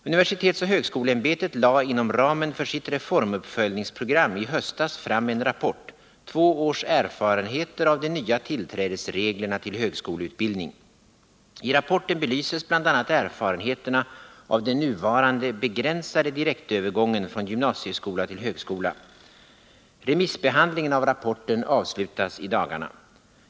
Universitetsoch högskoleämbetet lade inom ramen för sitt reformuppföljningsprogram i höstas fram en rapport, Två års erfarenheter av de nya tillträdesreglerna till högskoleutbildning . I rapporten belyses bl.a. erfarenheterna av den nuvarande begränsade direktövergången från gymnasieskola till högskola. Remissbehandlingen av rapporten avslutas i dagarna.